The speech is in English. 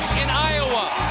in iowa.